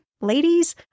ladies